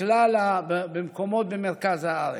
במקומות במרכז הארץ.